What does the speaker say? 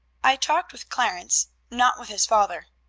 i talked with clarence, not with his father.